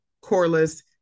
Corliss